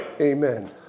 Amen